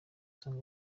usanga